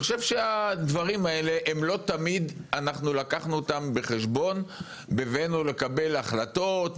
אני חושב שלא תמיד לקחנו את הדברים האלה בחשבון בבואנו לקבל החלטות,